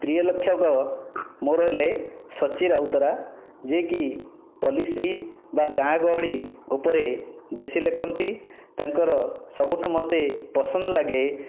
ପ୍ରିୟ ଲେଖକ ମୋର ହେଲେ ସଚୀ ରାଉତରା ଯିଏକି ପଲ୍ଲିଶ୍ରୀ ବା ଗାଁ ଗହଳି ଉପରେ ବେଶୀ ଲେଖନ୍ତି ତାଙ୍କର ସବୁଠାରୁ ମୋତେ ପସନ୍ଦ ଲାଗେ